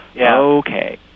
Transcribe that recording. okay